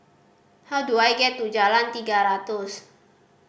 how do I get to Jalan Tiga Ratus